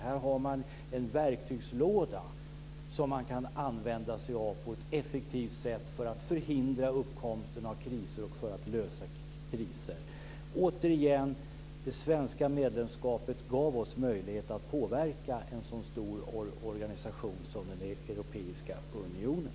Här har man en verktygslåda som man kan använda sig av på ett effektivt sätt för att förhindra uppkomsten av kriser och för att lösa kriser. Återigen: Det svenska medlemskapet gav oss möjlighet att påverka en så stor organisation som den europeiska unionen.